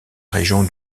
région